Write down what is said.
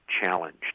challenged